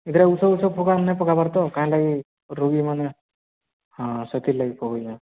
ଏଥିରେ ଉଷୋ ଉଷୋ ପକା ନାଇଁ ପକେଇବାର ତ କାଇଁ ଲାଗି ରୋଗୀମାନେ ହଁ ସେଥିଲାଗି କହୁଚେଁ